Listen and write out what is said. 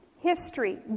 history